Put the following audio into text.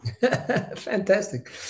Fantastic